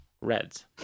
reds